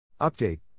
Update